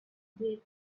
date